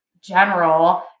general